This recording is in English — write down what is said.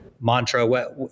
mantra